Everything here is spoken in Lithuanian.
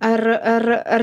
ar ar ar